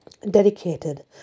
Dedicated